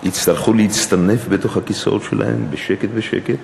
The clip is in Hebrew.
יצטרכו להצטנף בתוך הכיסאות שלהם בשקט-בשקט,